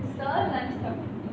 third lunch time சாப்பிடலாம்:sapdalaam